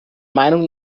meinung